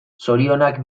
zorionak